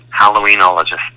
Halloweenologist